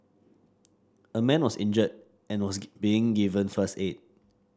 a man was injured and was being given first aid